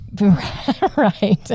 Right